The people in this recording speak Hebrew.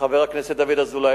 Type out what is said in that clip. חבר הכנסת דוד אזולאי,